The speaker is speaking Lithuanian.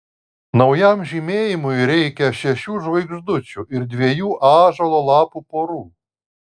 naujam žymėjimui reikia šešių žvaigždučių ir dviejų ąžuolo lapų porų